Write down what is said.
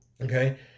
Okay